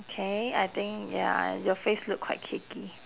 okay I think ya your face look quite cakey